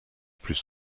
plus